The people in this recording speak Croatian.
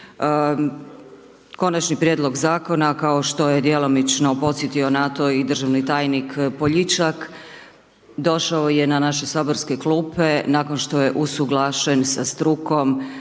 Konačni prijedlog Zakona, kao što je djelomično podsjetio na to i državni tajnik Poljičak, došao je na naše saborske klupe nakon što je usuglašen sa strukom,